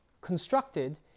constructed